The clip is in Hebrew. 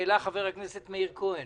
מה שהעלה חבר הכנסת מאיר כהן.